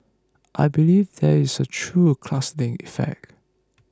I believe there is a true clustering effect